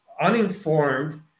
uninformed